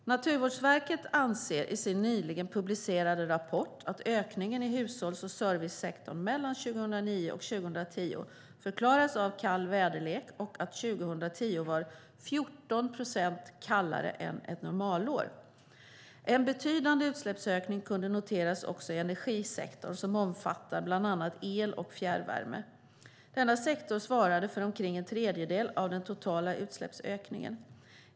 Naturvårdsverket anser i sin nyligen publicerade rapport att ökningen i hushålls och servicesektorn mellan 2009 och 2010 förklaras av kall väderlek och att 2010 var 14 procent kallare än ett normalår. En betydande utsläppsökning kunde noteras också i energisektorn som omfattar bland annat el och fjärrvärme. Denna sektor svarade för omkring en tredjedel av den totala utsläppsökningen.